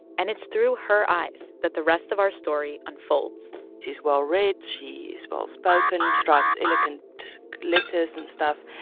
and it's through her eyes that the rest of our story unfolds she's well-read. she is well-spoken. she writes eloquent letters and stuff.